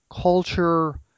culture